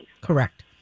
Correct